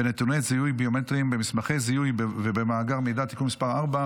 ונתוני זיהוי ביומטריים במסמכי זיהוי ובמאגר מידע (תיקון מס' 4,